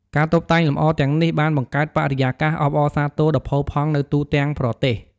ការតុបតែងលម្អទាំងនេះបានបង្កើតបរិយាកាសអបអរសាទរដ៏ផូរផង់នៅទូទាំងប្រទេស។